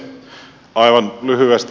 aivan lyhyesti